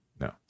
no